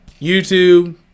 YouTube